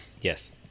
Yes